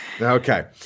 Okay